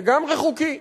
הכול, לגמרי חוקי.